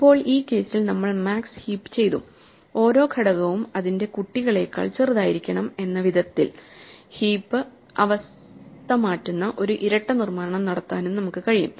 ഇപ്പോൾ ഈ കേസിൽ നമ്മൾ മാക്സ് ഹീപ് ചെയ്തു ഓരോ ഘടകവും അതിന്റെ കുട്ടികളേക്കാൾ ചെറുതായിരിക്കണം എന്ന വിധത്തിൽ ഹീപ്പ് അവസ്ഥ മാറ്റുന്ന ഒരു ഇരട്ട നിർമ്മാണം നടത്താനും നമുക്ക് കഴിയും